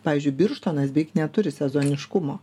pavyzdžiui birštonas beveik neturi sezoniškumo